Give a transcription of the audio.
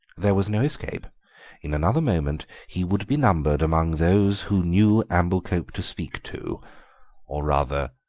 there was no escape in another moment he would be numbered among those who knew amblecope to speak to or rather,